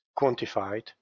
quantified